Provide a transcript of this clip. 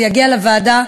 זה יגיע לוועדה,